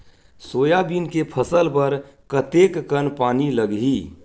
Soybean के फसल बर कतेक कन पानी लगही?